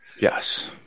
Yes